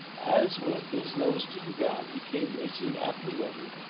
as, with his nose to the ground, he came racing after reddy,